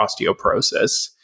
osteoporosis